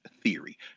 theory